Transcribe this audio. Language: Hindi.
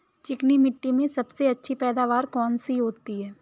चिकनी मिट्टी में सबसे अच्छी पैदावार कौन सी होती हैं?